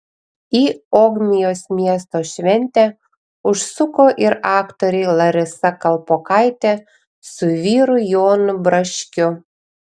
į ogmios miesto šventę užsuko ir aktoriai larisa kalpokaitė su vyru jonu braškiu